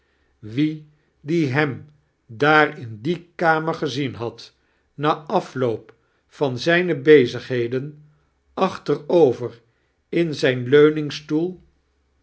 wie die hem daar in die kamer gezien had na afloop van zijne bezigheden achterover itri zijn